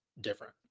different